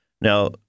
Now